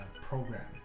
program